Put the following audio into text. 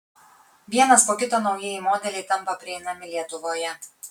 vienas po kito naujieji modeliai tampa prieinami lietuvoje